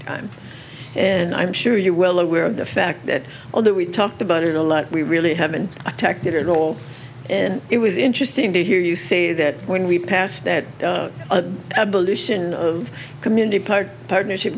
time and i'm sure you're well aware of the fact that although we talked about it a lot we really haven't attacked it at all it was interesting to hear you say that when we passed the abolition of community part partnership